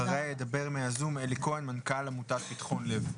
אחריה ידבר מהזום אלי מנכ"ל עמותת פיתחון לב.